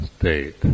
state